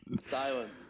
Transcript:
silence